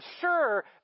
sure